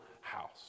house